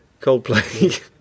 Coldplay